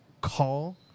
call